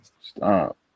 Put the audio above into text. Stop